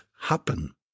happen